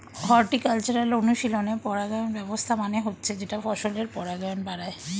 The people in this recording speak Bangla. হর্টিকালচারাল অনুশীলনে পরাগায়ন ব্যবস্থা মানে হচ্ছে যেটা ফসলের পরাগায়ন বাড়ায়